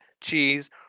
cheese